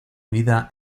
vida